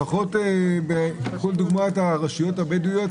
לפחות בכל מה שקשור ברשויות הבדואיות.